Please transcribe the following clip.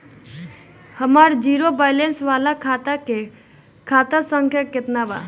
हमार zero balance वाला खतवा के खाता संख्या केतना बा?